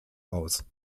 aus